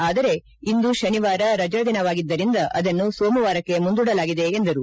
ಆದರೆ ಇಂದು ಶನಿವಾರ ರಜಾ ದಿನವಾಗಿದ್ದರಿಂದ ಅದನ್ನು ಸೋಮವಾರಕ್ಕೆ ಮುಂದೂಡಲಾಗಿದೆ ಎಂದರು